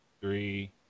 three